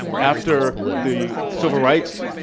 after the civil rights,